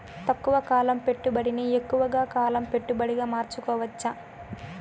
తక్కువ కాలం పెట్టుబడిని ఎక్కువగా కాలం పెట్టుబడిగా మార్చుకోవచ్చా?